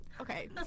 Okay